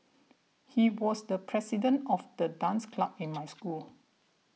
he was the president of the dance club in my school